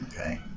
Okay